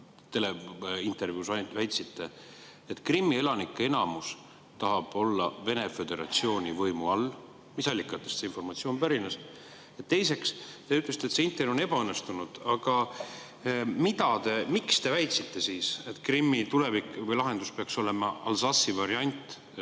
teleintervjuus väitsite, et Krimmi elanike enamus tahab olla Vene föderatsiooni võimu all? Mis allikatest see informatsioon pärines? Teiseks, te ütlesite, et see intervjuu on ebaõnnestunud. Aga miks te väitsite siis, et Krimmi tulevik või lahendus peaks olema Alsace'i variant,